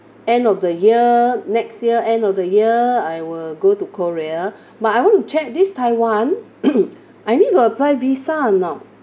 end of the year next year end of the year I will go to korea but I want to check this taiwan I need to apply visa or not